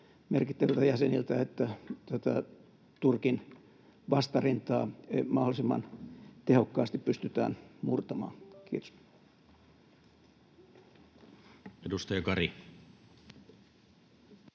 tätä Turkin vastarintaa mahdollisimman tehokkaasti pystytään murtamaan. — Kiitos.